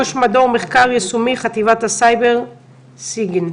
ראש מדור מחקר יישומי בחטיבת הסייבר סיגינט,